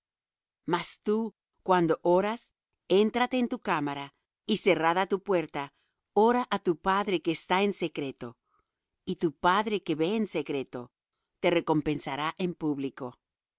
mas tú cuando oras éntrate en tu cámara y cerrada tu puerta ora á tu padre que está en secreto y tu padre que ve en secreto te recompensará en público